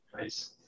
nice